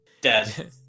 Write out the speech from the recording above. dead